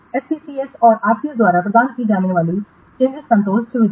SCCS और RCS द्वारा प्रदान की जाने वाली चेंजिंस कंट्रोल सुविधाएँ